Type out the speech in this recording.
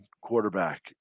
quarterback